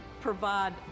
provide